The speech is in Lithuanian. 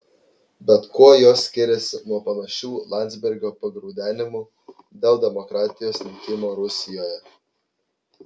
bet kuo jos skiriasi nuo panašių landsbergio pagraudenimų dėl demokratijos nykimo rusijoje